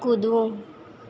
કૂદવું